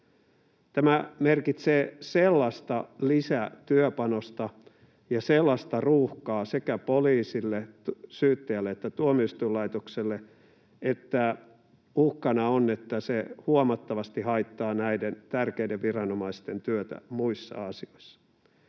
Tämä merkitsee sellaista lisätyöpanosta ja sellaista ruuhkaa sekä poliisille, syyttäjälle että tuomioistuinlaitokselle, että uhkana on, että se huomattavasti haittaa näiden tärkeiden viranomaisten työtä muissa asioissa.